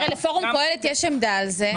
לפורום קהלת יש עמדה על זה.